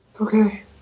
Okay